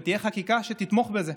ותהיה חקיקה שתתמוך בזה,